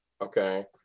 okay